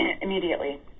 immediately